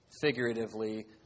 figuratively